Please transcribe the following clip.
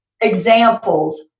examples